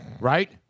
right